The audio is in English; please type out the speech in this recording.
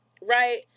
right